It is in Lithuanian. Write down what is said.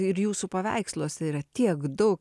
ir jūsų paveiksluose yra tiek daug